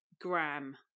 gram